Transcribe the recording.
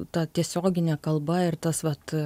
ta tiesioginė kalba ir tas vat